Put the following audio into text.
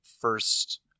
first